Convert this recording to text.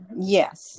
Yes